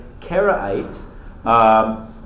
Karaite